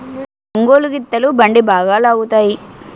ఒంగోలు గిత్తలు బండి బాగా లాగుతాయి